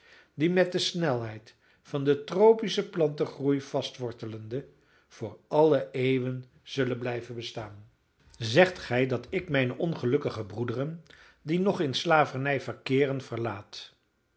die met de snelheid van den tropischen plantengroei vastwortelende voor alle eeuwen zullen blijven bestaan zegt gij dat ik mijne ongelukkige broederen die nog in slavernij verkeeren verlaat